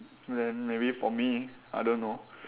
then maybe for me I don't know